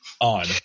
on